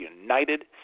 United